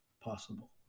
possible